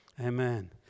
Amen